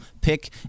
pick